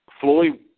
Floyd